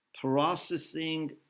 processing